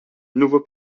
nouveau